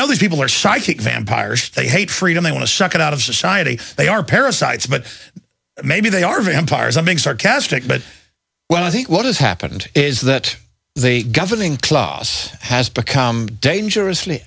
know these people are psychic vampires they hate freedom they want to suck it out of society they are parasites but maybe they are vampires i'm being sarcastic but well i think what has happened is that the governing class has become dangerously